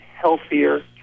healthier